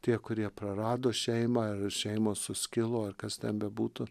tie kurie prarado šeimą ar šeimos suskilo ar kas ten bebūtų